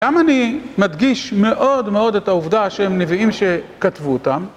גם אני מדגיש מאוד מאוד את העובדה שהם נביאים שכתבו אותם